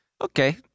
Okay